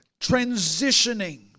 transitioning